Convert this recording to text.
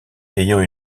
ayant